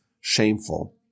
shameful